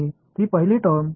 மாணவர் 0